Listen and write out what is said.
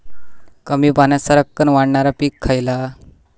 कमी पाण्यात सरक्कन वाढणारा पीक खयला?